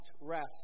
rest